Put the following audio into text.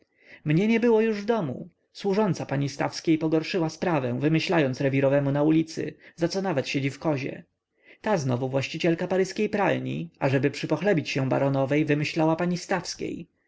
mnie nie było już w domu służąca pani stawskiej pogorszyła sprawę wymyślając rewirowemu na ulicy zaco nawet siedzi w kozie ta znowu właścicielka paryskiej pralni ażeby przypochlebić się baronowej wymyślała pani stawskiej